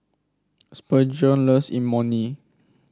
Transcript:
Spurgeon loves Imoni